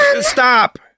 Stop